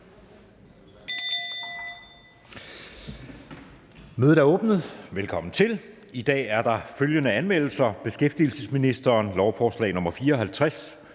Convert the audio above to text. Mødet er åbnet. Velkommen til. I dag er der følgende anmeldelser: Beskæftigelsesministeren (Ane